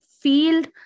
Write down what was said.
field